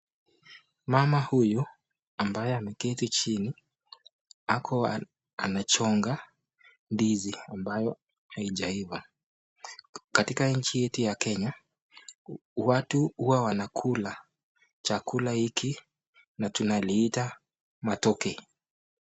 Mama huyu ambaye ameketi chini anachonga ndizi ambayo haijaifa ,katika nchi yetu ya kenya watu huwa wanakula chakula hiki na tunaliita matoke.